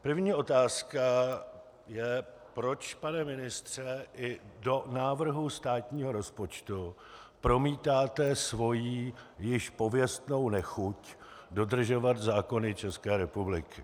První otázka je, proč, pane ministře, i do návrhu státního rozpočtu promítáte svoji již pověstnou nechuť dodržovat zákony České republiky.